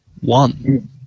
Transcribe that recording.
One